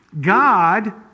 God